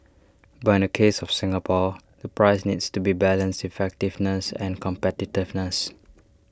but in the case of Singapore the price needs to be balance effectiveness and competitiveness